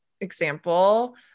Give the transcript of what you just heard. example